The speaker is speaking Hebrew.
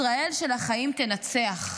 ישראל של החיים תנצח.